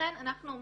לכן אנחנו אומרים,